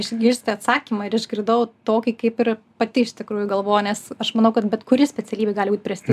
išgirsti atsakymą ir išgirdau tokį kaip ir pati iš tikrųjų galvoju nes aš manau kad bet kuri specialybė gali būt presti